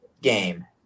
game